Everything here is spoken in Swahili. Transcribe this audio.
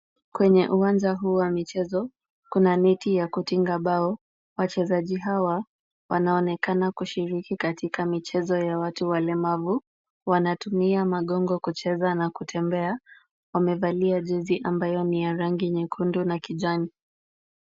Kwenye uwanja huu wa michezo, kuna neti ya kutinga bao. wachezaji hawa, wanaonekana kushiriki katika michezo ya watu walemavu. Wanatumia magongo kucheza na kutembea. Wamevalia jezi ambayo ni ya rangi nyekundu na kijani.